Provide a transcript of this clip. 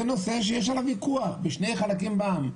הוא נושא שיש עליו ויכוח בין שני חלקים בעם.